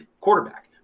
quarterback